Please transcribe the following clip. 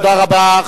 תודה רבה.